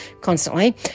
constantly